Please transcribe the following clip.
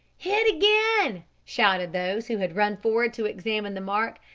hit again! shouted those who had run forward to examine the mark.